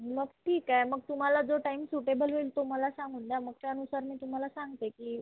मग ठीक आहे मग तुम्हाला जो टाईम सुटेबल होईल तो मला सांगून द्या मग त्यानुसार मी तुम्हाला सांगते की